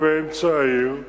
בטבת התש"ע (23 בדצמבר